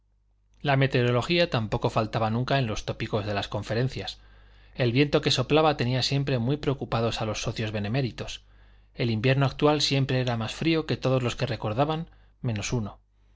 la meteorología tampoco faltaba nunca en los tópicos de las conferencias el viento que soplaba tenía siempre muy preocupados a los socios beneméritos el invierno actual siempre era más frío que todos los que recordaban menos uno